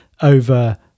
over